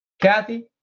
Kathy